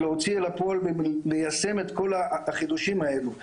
להוציא אל הפועל ליישם את כל החידושים האלו.